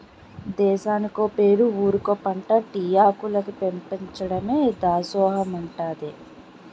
దేశానికో పేరు ఊరికో పంటా టీ ఆకులికి పెపంచమే దాసోహమంటాదే